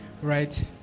right